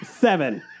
Seven